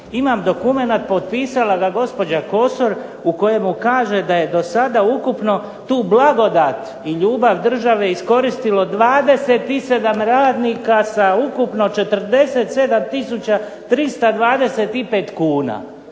Imam dokumenat, potpisala ga gospođa Kosor u kojemu kaže da je do sada ukupno tu blagodat i ljubav države iskoristilo 27 radnika sa ukupno 47 tisuća